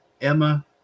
Emma